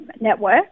network